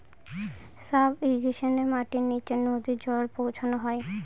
sub ইর্রিগেশনে মাটির নীচে নদী জল পৌঁছানো হয়